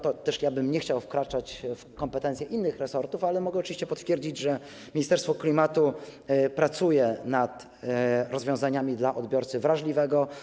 Też bym nie chciał wkraczać w kompetencje innych resortów, ale mogę oczywiście potwierdzić, że ministerstwo klimatu pracuje nad rozwiązaniami dla odbiorcy wrażliwego.